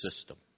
system